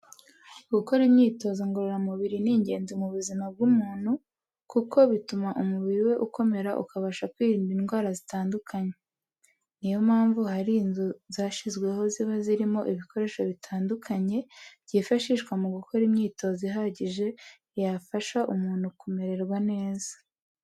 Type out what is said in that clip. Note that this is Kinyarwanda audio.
Gukora imyitozo ngororamubiri ni ingenzi mu buzima bw'umuntu, kuko bituma umubiri we ukomera ukabasha kwirinda indwara zitandukanye. Ni yo mpamvu hari inzu zashyizweho ziba zirimo ibikoresho bitandukanye byifashishwa mu gukora imyitozo ihagije yafasha umuntu kumererwa neza.